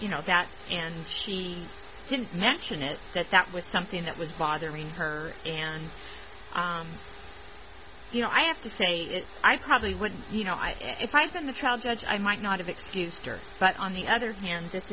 you know that and she didn't mention it that that was something that was bothering her and you know i have to say i probably wouldn't you know i if i said the child judge i might not have excused her but on the other hand